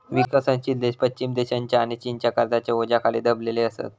विकसनशील देश पश्चिम देशांच्या आणि चीनच्या कर्जाच्या ओझ्याखाली दबलेले असत